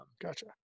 gotcha